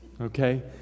okay